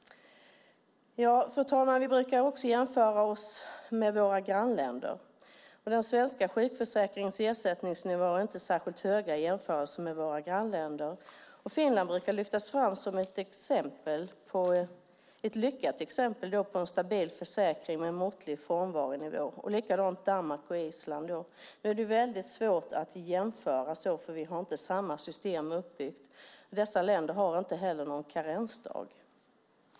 Fru talman! Vi brukar också jämföra oss med våra grannländer. Den svenska sjukförsäkringens ersättningsnivåer är inte särskilt höga i jämförelse med våra grannländers, och Finland brukar lyftas fram som ett lyckat exempel på en stabil försäkring med måttlig frånvaronivå. Likadant brukar man framhålla Danmark och Island. Nu är det dock väldigt svårt att jämföra, för vi har inte samma system. Dessa länder har inte heller någon karensdag.